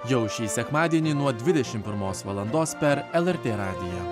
jau šį sekmadienį nuo dvidešimt pirmos valandos per lrt radiją